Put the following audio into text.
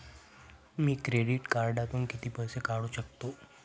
मी credit कार्डातून किती पैसे काढू शकतो?